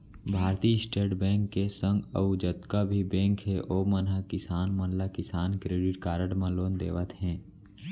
भारतीय State Bank के संग अउ जतका भी बेंक हे ओमन ह किसान मन ला किसान क्रेडिट कारड म लोन देवत हें